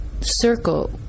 circle